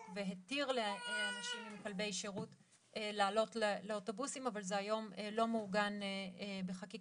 והתיר לאנשים עם כלבי שירות לעלות לאוטובוסים אבל זה היום לא מעוגן בחקיקה